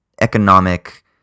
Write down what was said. economic